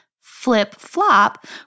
flip-flop